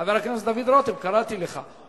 חבר הכנסת דוד רותם, קראתי לך.